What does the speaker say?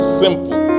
simple